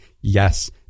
yes